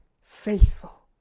faithful